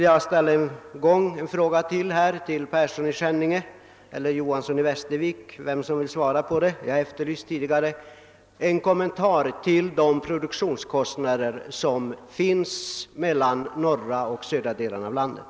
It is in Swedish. Jag skulle än en gång vilja be herr Persson i Skänninge eller herr Johanson i Västervik att lämna en kommentar till vad jag sade om produktionskostnaderna i de norra och de södra delarna av landet.